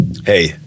Hey